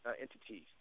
entities